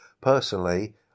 Personally